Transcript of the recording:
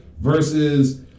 Versus